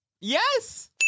yes